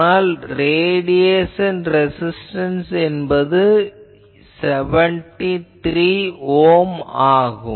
ஆனால் radiation resistance என்பது 73 ohm ஆகும்